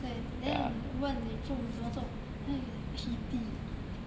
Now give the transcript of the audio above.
对 then 你问你父母这么做他就跟你讲 heaty